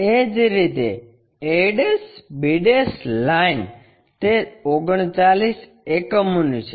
એ જ રીતે ab line તે 39 એકમો ની છે